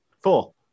Four